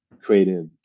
creative